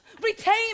retain